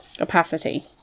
opacity